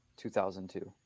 2002